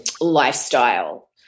lifestyle